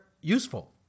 useful